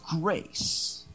grace